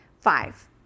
Five